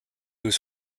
was